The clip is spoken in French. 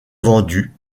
vendu